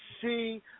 see